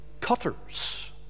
cutters